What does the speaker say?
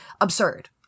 absurd